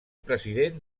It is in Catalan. president